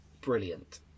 brilliant